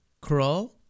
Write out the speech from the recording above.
Crawl